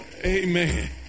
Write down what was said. Amen